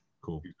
Cool